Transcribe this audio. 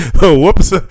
Whoops